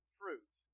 fruit